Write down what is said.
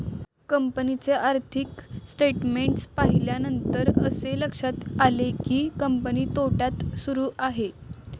कंपनीचे आर्थिक स्टेटमेंट्स पाहिल्यानंतर असे लक्षात आले की, कंपनी तोट्यात सुरू आहे